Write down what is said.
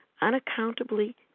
Unaccountably